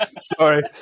Sorry